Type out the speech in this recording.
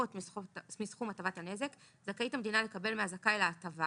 מסכום הטבת הנזק זכאית המדינה לקבל מהזכאי להטבה